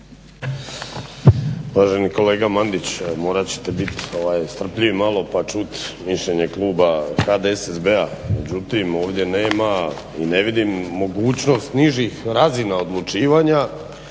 Uvaženi kolega Mandić morat ćete biti strpljivi malo pa čut mišljenje kluba HDSSB-a. Međutim ovdje nema i ne vidim mogućnost nižih razina odlučivanja